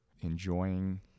enjoying